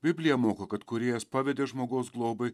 biblija moko kad kūrėjas pavedė žmogaus globai